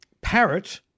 Parrot